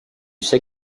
sais